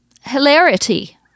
hilarity